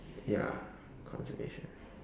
ya conservation